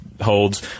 holds